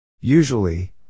Usually